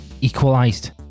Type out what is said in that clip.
equalised